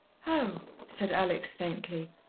oh, said alex faintly,